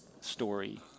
story